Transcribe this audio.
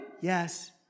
Yes